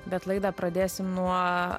bet laidą pradėsim nuo